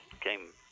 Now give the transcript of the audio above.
came